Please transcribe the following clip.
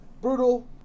brutal